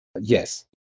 Yes